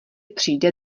přijde